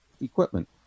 equipment